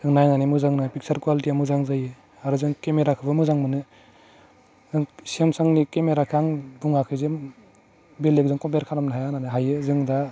नों नायनानै मोजां नाय पिक्सार क्वालिटिया मोजां जायो आरो जों केमेराखौबो मोजां मोनो ओं सेमसांनि केमेराखौ आं बुङाखै जे बेलेगजों कमपेयार खालामनो हाया होन्नानै हायो जों दा